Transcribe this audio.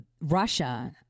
Russia